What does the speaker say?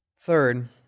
Third